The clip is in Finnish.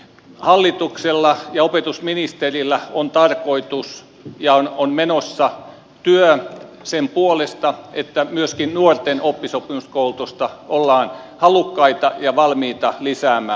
hallituksella ja opetusministerillä on menossa työ sen puolesta että myöskin nuorten oppisopimuskoulutusta ollaan halukkaita ja valmiita lisäämään